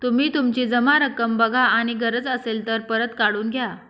तुम्ही तुमची जमा रक्कम बघा आणि गरज असेल तर परत काढून घ्या